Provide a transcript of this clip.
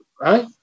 right